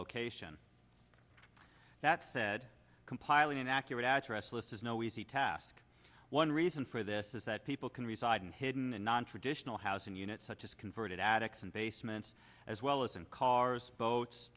location that said compiling an accurate address list is no easy task one reason for this is that people can reside in hidden and nontraditional housing units such as converted attics and basements as well as in cars boats